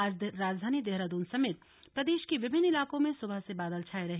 आज राजधानी देहरादून समेत प्रदेश के विभिन्न इलाकों में सुबह से बादल छाये रहे